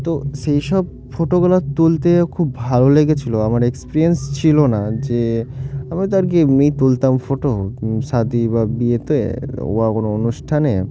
তো সেই সব ফটোগুলো তুলতে খুব ভালো লেগেছিলো আমার এক্সপিরিয়েন্স ছিল না যে আমি তো আর কি এমনিই তুলতাম ফটো শাদী বা বিয়েতে বা কোনো অনুষ্ঠানে